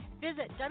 visit